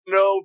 no